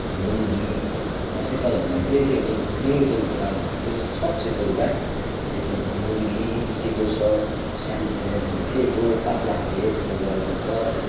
लुङ्गी शीतल हुनुको लागि चाहिँ सेतो सेतो लुगा बेसीजस्तो सब सेतो लुगा सेतो लुङ्गी सेतो सर्ट सा सेतो पतला खाले त्यस्तो लुगा लगाउँछ